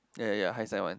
ya ya ya hindsight [one]